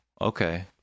Okay